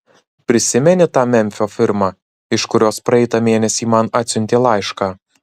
prisimeni tą memfio firmą iš kurios praeitą mėnesį man atsiuntė laišką